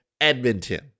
Edmonton